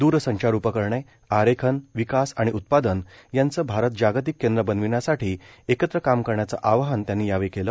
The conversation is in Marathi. द्रसंचार उपकरणे आरेखन विकास आणि उत्पादन यांचं भारत जागतिक केंद्र बनविण्यासाठी एकत्र काम करण्याचं आवाहन त्यांनी यावेळी केलं